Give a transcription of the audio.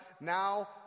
now